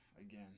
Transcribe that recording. Again